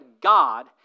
God